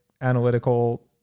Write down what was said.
analytical